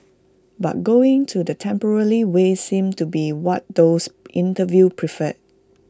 but going to the way seems to be what those interviewed prefer